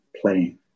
playing